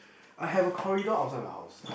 I have a corridor outside my house